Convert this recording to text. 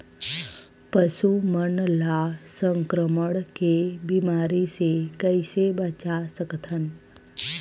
पशु मन ला संक्रमण के बीमारी से कइसे बचा सकथन?